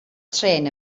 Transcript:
trên